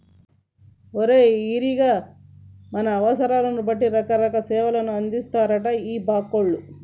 ఓరి ఈరిగా మన అవసరాలను బట్టి రకరకాల సేవలు అందిత్తారటరా ఈ బాంకోళ్లు